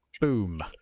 Boom